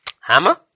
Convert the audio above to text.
hammer